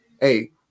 hey